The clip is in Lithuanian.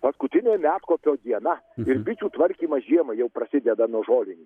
paskutinė medkopio diena ir bičių tvarkymas žiemai jau prasideda nuo žolinių